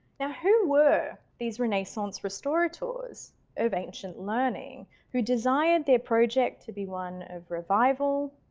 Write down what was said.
now who were these renaissance restorators of ancient learning who desired their project to be one of revival,